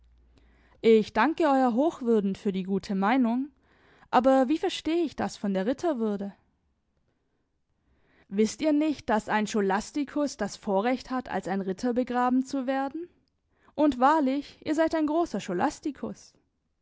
ich danke eurer hochwürden für die gute meinung aber wie versteh ich das von der ritterwürde wißt ihr nicht daß ein scholastikus das vorrecht hat als ein ritter begraben zu werden und wahrlich ihr seid ein großer